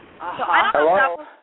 Hello